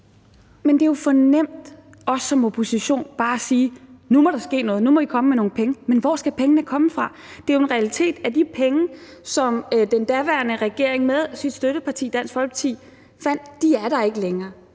Men det er jo for nemt også som opposition bare at sige: Nu må der ske noget, nu må I komme med nogle penge. Men hvor skal pengene komme fra? Det er jo en realitet, at de penge, som den daværende regering med sit støtteparti, Dansk Folkeparti, fandt, ikke er der længere.